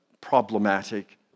Problematic